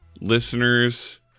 listeners